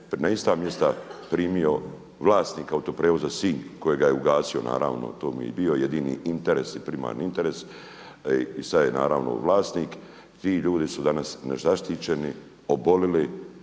na ista mjesta primio vlasnika autoprijevoza Sinj, kojega je ugasio, naravno to mu je i bio jedini interes i primarni interes i sada je naravno vlasnik. Ti ljudi su danas nezaštićeni, oboljeli